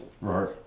Right